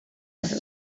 other